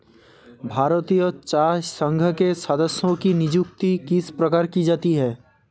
भारतीय चाय संघ के सदस्यों की नियुक्ति किस प्रकार की जाती है?